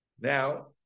Now